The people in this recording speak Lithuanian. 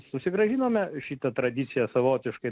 susigrąžinome šitą tradiciją savotiškai